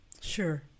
Sure